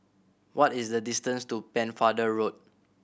what is the distance to Pennefather Road